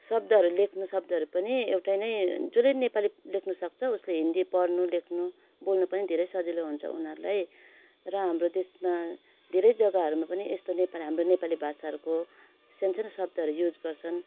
शब्दहरू लेख्नु शब्दहरू पनि एउटै नै जसले पनि नेपाली लेख्नुसक्छ उसले हिन्दी पढ्नु लेख्नु बोल्नु पनि धेरै सजिलो हुन्छ उनीहरूलाई र हाम्रो देशमा धेरै जग्गाहरूमा पनि यस्तो नेपाली हाम्रो नेपाली भाषाहरूको सानसानो शब्दहरू युज गर्छन्